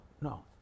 no